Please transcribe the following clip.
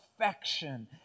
affection